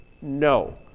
No